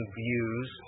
views